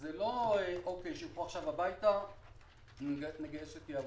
זה לא שעכשיו ילכו הביתה ונגייס מחדש כשתהיה עבודה.